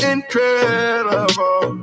Incredible